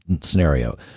scenario